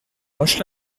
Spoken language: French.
roche